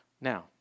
Now